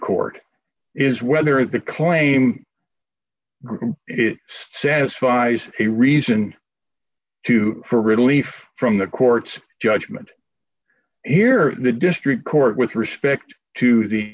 court is whether the claim it satisfies a reason to for relief from the court's judgment here the district court with respect to the